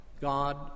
God